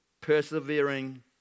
persevering